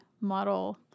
model